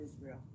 Israel